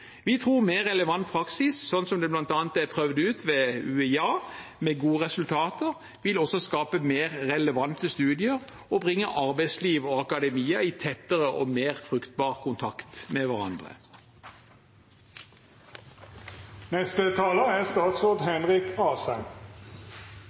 Vi tror at mer relevant praksis – slik det bl.a. er prøvd ut ved UiA med gode resultater – også vil skape mer relevante studier og bringe arbeidsliv og akademia i tettere og mer fruktbar kontakt med hverandre.